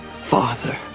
Father